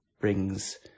brings